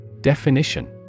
Definition